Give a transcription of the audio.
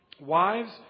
Wives